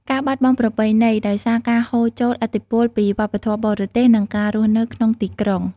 ការបាត់បង់ប្រពៃណី ដោយសារការហូរចូលឥទ្ធិពលពីវប្បធម៌បរទេស និងការរស់នៅក្នុងទីក្រុង។